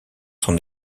son